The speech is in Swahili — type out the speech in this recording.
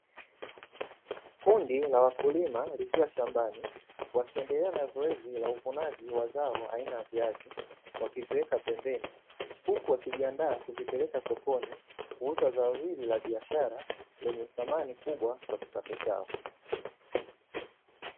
Kundi la wakulima likiwa shambani wakiendelea na zoezi la uvunaji wa zao aina ya viazi, wakiviweka pembeni huku wakijiandaa kuvipeleka sokoni kuuza zao hili la biashara lenye samani kubwa kwa kipato chao.